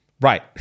Right